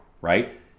right